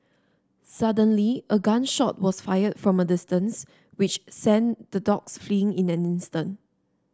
suddenly a gun shot was fired from a distance which sent the dogs fleeing in an instant